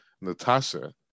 Natasha